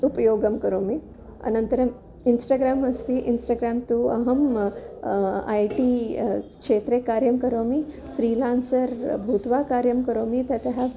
उपयोगं करोमि अनन्तरम् इन्स्टग्राम् अस्ति इन्स्टग्राम् तु अहम् ऐ टि क्षेत्रे कार्यं करोमि फ़्रीलान्सर् भूत्वा कार्यं करोमि ततः